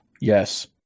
Yes